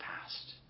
past